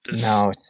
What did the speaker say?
No